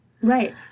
Right